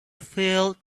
filled